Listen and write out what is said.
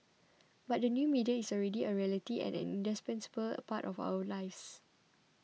but the new media is already a reality and an indispensable part of our lives